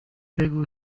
بگو